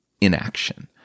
inaction